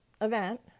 event